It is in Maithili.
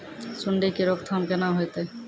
सुंडी के रोकथाम केना होतै?